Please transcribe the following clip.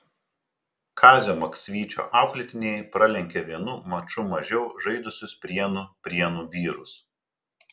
kazio maksvyčio auklėtiniai pralenkė vienu maču mažiau žaidusius prienų prienų vyrus